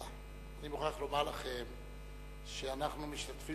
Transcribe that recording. אני מוכרח לומר לכם שאנחנו משתתפים